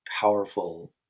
powerful